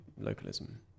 localism